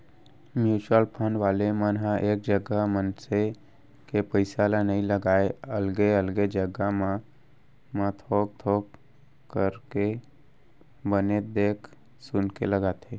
mutual fund वाले मन ह एक जगा मनसे के पइसा ल नइ लगाय अलगे अलगे जघा मन म थोक थोक करके बने देख सुनके लगाथे